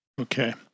Okay